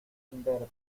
imberbe